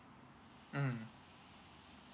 mm